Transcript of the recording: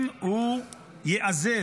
אם הוא ייעזב,